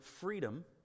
freedom